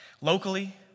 locally